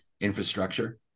infrastructure